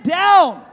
down